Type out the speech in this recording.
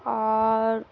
اور